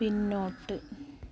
പിന്നോട്ട്